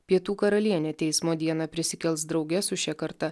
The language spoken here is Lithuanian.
pietų karalienė teismo dieną prisikels drauge su šia karta